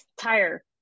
tire